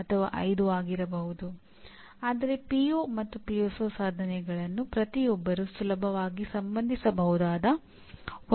ಆದ್ದರಿಂದ ಇಲ್ಲಿ ಪಿಒ ಸಾಧನೆ 1 ಆಗಿದೆ